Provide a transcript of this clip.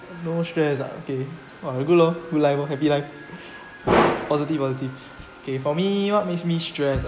no stress ah okay !wah! good lor good life lor happy life positive positive okay for me what makes me stressed ah